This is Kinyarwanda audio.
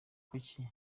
kuki